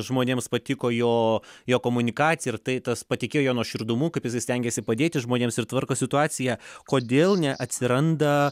žmonėms patiko jo jo komunikacija ir tai tas patikėjo jo nuoširdumu kaip jisai stengėsi padėti žmonėms ir tvarko situaciją kodėl neatsiranda